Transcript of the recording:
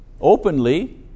openly